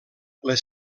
les